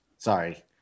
Sorry